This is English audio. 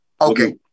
okay